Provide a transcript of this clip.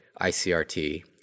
ICRT